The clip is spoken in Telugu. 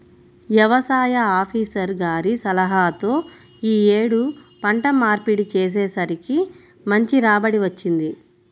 యవసాయ ఆపీసర్ గారి సలహాతో యీ యేడు పంట మార్పిడి చేసేసరికి మంచి రాబడి వచ్చింది